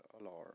alarm